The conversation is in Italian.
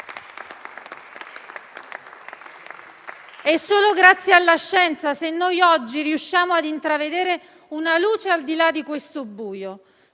È solo grazie alla scienza se oggi riusciamo a intravedere una luce, al di là di questo buio.